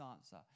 answer